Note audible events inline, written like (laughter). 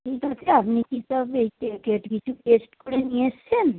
ঠিক আছে আপনি কি তবে (unintelligible) টেস্ট করে নিয়ে এসছেন